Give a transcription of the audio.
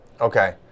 Okay